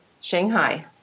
Shanghai